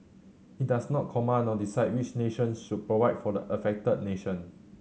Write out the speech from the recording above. it does not command or decide which nations should provide for the affected nation